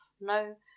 no